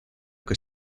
que